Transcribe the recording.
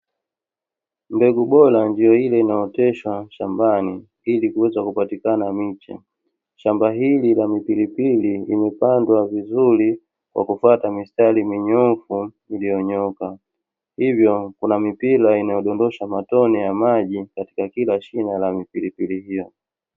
Mbegu bora ndio ile inayooteshwa shambani ili kuweza kupatikana miche. Shamba hili la mipilipili imepandwa vizuri kwa kufuata mistari minyoofu iliyonyooka, hivyo kuna mipira inayodondosha matone ya maji kwenye kila shina la mipilipili hiyo.